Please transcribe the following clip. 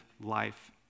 life